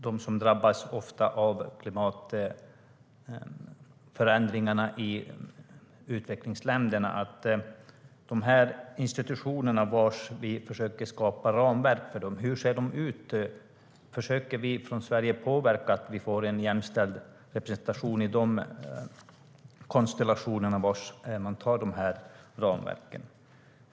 De drabbas ofta av klimatförändringarna i utvecklingsländerna. Hur ser det ut i de institutioner som vi försöker skapa ramverk för? Försöker vi från Sverige påverka för att få en jämställd representation i de konstellationer där man antar dessa ramverk?